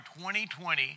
2020